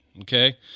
okay